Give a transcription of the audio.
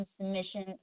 submission